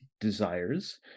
desires